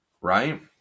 right